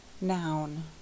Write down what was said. noun